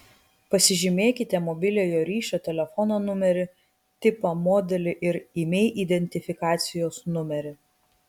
pasižymėkite mobiliojo ryšio telefono numerį tipą modelį ir imei identifikacijos numerį